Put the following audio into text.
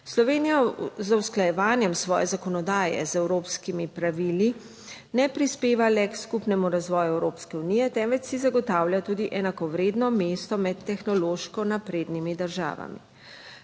Slovenija z usklajevanjem svoje zakonodaje z evropskimi pravili ne prispeva le k skupnemu razvoju Evropske unije, temveč si zagotavlja tudi enakovredno mesto med tehnološko naprednimi državami.